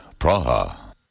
Praha